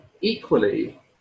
equally